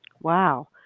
Wow